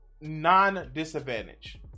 non-disadvantage